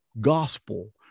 gospel